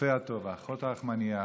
הרופא הטוב, האחות הרחמנייה.